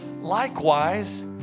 Likewise